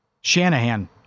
Shanahan